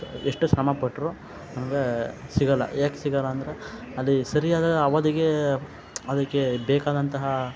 ಎಷ್ಟು ಶ್ರಮ ಪಟ್ರುನು ಸಿಗಲ್ಲ ಯಾಕೆ ಸಿಗಲ್ಲ ಅಂದರೆ ಅಲ್ಲಿ ಸರಿಯಾದ ಅವಧಿಗೆ ಅದಕ್ಕೆ ಬೇಕಾದಂತಹ